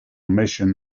mission